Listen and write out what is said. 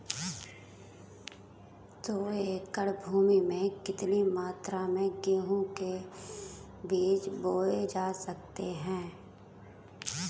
दो एकड़ भूमि में कितनी मात्रा में गेहूँ के बीज बोये जा सकते हैं?